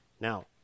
Now